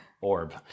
Orb